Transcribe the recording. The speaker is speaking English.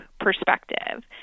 perspective